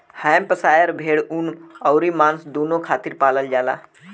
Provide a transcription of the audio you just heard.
Hampshire भेड़ ऊन अउरी मांस दूनो खातिर पालल जाला